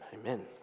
Amen